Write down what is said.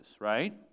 right